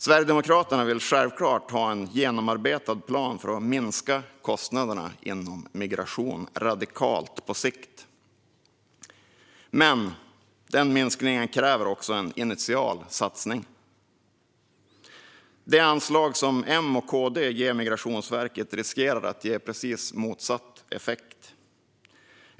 Sverigedemokraterna vill självklart ha en genomarbetad plan för att minska kostnaderna inom migration radikalt på sikt, men denna minskning kräver också en initial satsning. Det anslag som M och KD ger Migrationsverket riskerar att ge precis motsatt effekt.